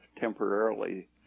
temporarily